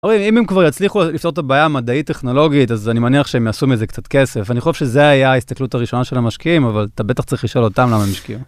הרי אם הם כבר יצליחו לפתור את הבעיה המדעית-טכנולוגית, אז אני מניח שהם יעשו מזה קצת כסף. אני חושב שזה היה ההסתכלות הראשונה של המשקיעים, אבל אתה בטח צריך לשאול אותם למה הם השקיעו